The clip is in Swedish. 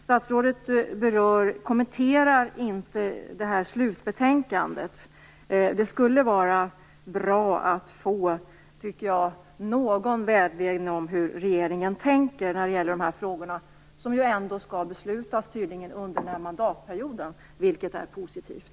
Statsrådet kommenterar inte slutbetänkandet. Det skulle vara bra att få någon vägledning om hur regeringen tänker i dessa frågor. Tydligen skall man besluta om dem under den här mandatperioden, vilket är positivt.